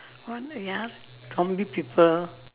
what they ah zombie people